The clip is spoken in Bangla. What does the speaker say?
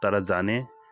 তারা জানে